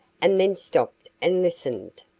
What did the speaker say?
and then stopped and listened.